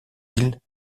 îles